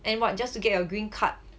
and what just to get a green card